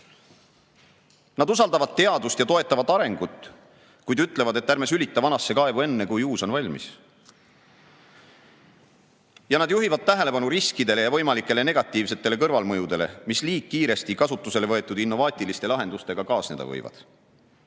Nad usaldavad teadust ja toetavad arengut, kuid ütlevad, et ärme sülitame vanasse kaevu enne, kui uus valmis. Nad juhivad tähelepanu riskidele ja võimalikele negatiivsetele kõrvalmõjudele, mis liiga kiiresti kasutusele võetud innovaatiliste lahendustega kaasneda võivad.